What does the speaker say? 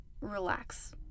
relax